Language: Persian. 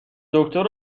دکتر